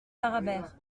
parabère